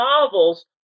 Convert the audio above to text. novels